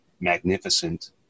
Magnificent